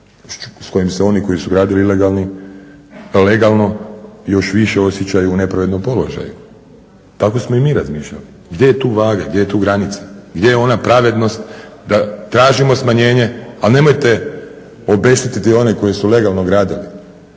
s kojim se oni koji su gradili legalno još više osjećaju u nepravednom položaju. Tako smo i mi razmišljali. Gdje je tu vaga? Gdje je tu granica? Gdje je ona pravednost da tražimo smanjenje, a nemojte obeštetiti one koji su legalno gradili?